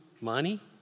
money